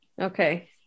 Okay